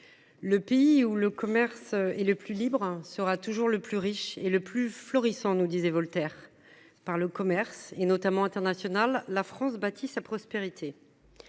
Le pays où le commerce et le plus libre sera toujours le plus riche et le plus florissant nous disait Voltaire par le commerce et notamment internationale la France bâtit sa prospérité.